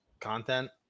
content